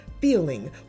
feeling